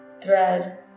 thread